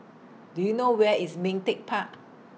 Do YOU know Where IS Ming Teck Park